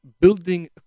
building